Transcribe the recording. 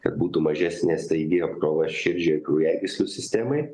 kad būtų mažesnė staigi apkrova širdžiai ir kraujagyslių sistemai